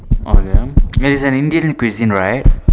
oh ya yes is an Indian cuisine right